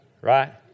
right